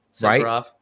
Right